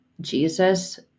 jesus